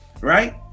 right